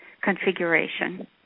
configuration